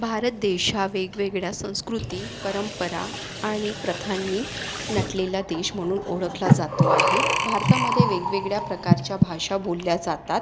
भारत देश हा वेगवेगळ्या संस्कृती परंपरा आणि प्रथांनी नटलेला देश मणून ओळखला जातो आहे भारतामध्ये वेगवेगळ्या प्रकारच्या भाषा बोलल्या जातात